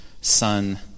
son